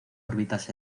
órbitas